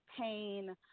pain